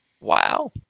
Wow